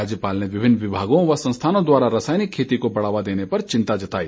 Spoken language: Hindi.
राज्यपाल ने विभिन्न विभागों व संस्थानों द्वारा रासायनिक खेती को बढ़ावा देने पर चिंता जताई